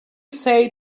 say